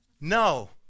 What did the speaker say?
No